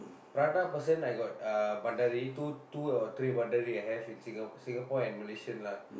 prata person I got uh pandari two two or three pandari I have in Singapore and Malaysian lah